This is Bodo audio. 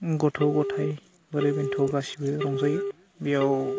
गथ' गथाय बोराय बेन्थ' गासैबो रंजायो बेयाव